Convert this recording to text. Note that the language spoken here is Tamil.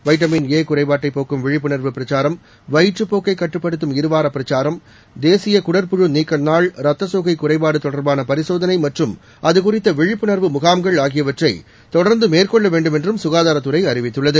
வைட்டமின் ஏ குறைபாட்டை போக்கும் விழிப்புணா்வு பிரச்சாரம் வயிற்றுப்போக்கை கட்டுப்படுத்தும் இருவார பிரச்சாரம் தேசிய குடற்புழு நீக்க நாள் ரத்தசோகை குறைபாடு தொடர்பாள பரிசோதனை மற்றும் அது குறித்த விழிப்புணா்வு முகாம்கள் ஆகியவற்றை தொடா்ந்து மேற்கொள்ள வேண்டும் என்றும் சுகாதாரத்துறை அறிவித்துள்ளது